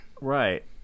Right